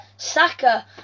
Saka